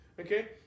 Okay